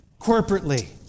corporately